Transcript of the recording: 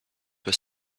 was